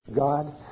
God